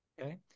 Okay